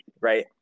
right